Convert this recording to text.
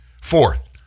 Fourth